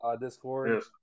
Discord